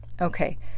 Okay